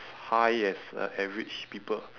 high as a average people